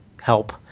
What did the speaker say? help